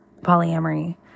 polyamory